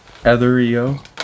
Etherio